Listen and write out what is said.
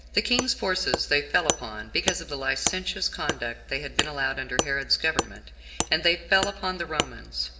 the king's forces they fell upon, because of the licentious conduct they had been allowed under herod's government and they fell upon the romans,